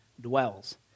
dwells